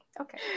Okay